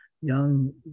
young